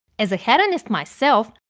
as a hedonist myself.